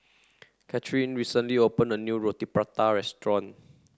Cathrine recently opened a new Roti Prata restaurant